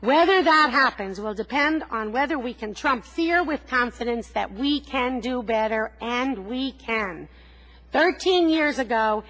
whether that happens will depend on whether we can trump fear with confidence that we can do better and we turned thirteen years ago